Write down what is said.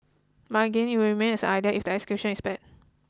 but again it will remain as an idea if the execution is bad